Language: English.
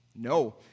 No